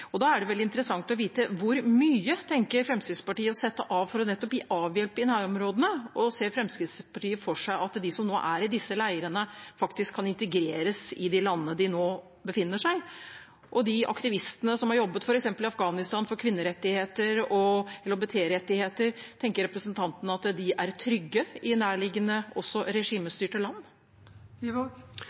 Da er det interessant å få vite hvor mye Fremskrittspartiet tenker å sette av for å avhjelpe i nærområdene. Ser Fremskrittspartiet for seg at de som nå er i disse leirene, kan integreres i de landene de nå befinner seg i? Når det gjelder f.eks. aktivistene som har jobbet i Afghanistan for kvinnerettigheter og LHBT-rettigheter, tenker representanten at de er trygge i nærliggende og også regimestyrte land?